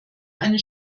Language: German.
eine